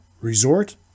resort